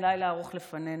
לילה ארוך לפנינו,